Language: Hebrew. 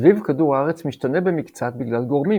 סיבוב כדור הארץ משתנה במקצת בגלל גורמים